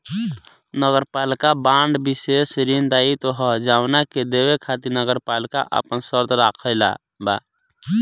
नगरपालिका बांड विशेष ऋण दायित्व ह जवना के देवे खातिर नगरपालिका आपन शर्त राखले बा